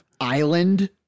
Island